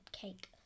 cake